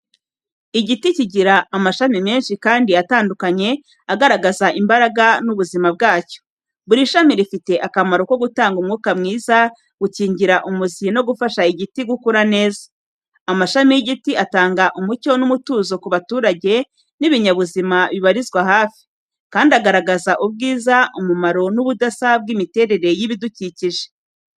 Igiti kigira amashami menshi kandi atandukanye agaragaza imbaraga n’ubuzima bwacyo. Buri shami rifite akamaro ko gutanga umwuka mwiza, gukingira umuzi no gufasha igiti gukura neza. Amashami y’igiti atanga umucyo n’umutuzo ku baturage n’ibinyabuzima bibarizwa hafi, kandi agaragaza ubwiza, umumaro n’Ubudasa bw’imiterere y’ibidukikije.